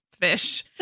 fish